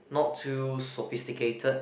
not too sophisticated